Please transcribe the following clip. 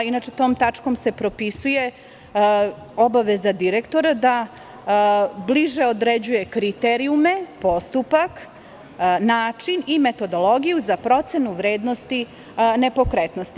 Inače, tom tačkom se propisuje obaveza direktora da bliže određuje kriterijume, postupak, način i metodologiju za procenu vrednosti nepokretnosti.